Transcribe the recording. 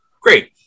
Great